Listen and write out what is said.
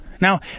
now